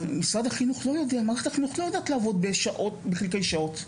אבל מערכת החינוך לא יודעת לעבוד בחלקי שעות,